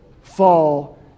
fall